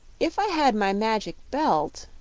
if i had my magic belt,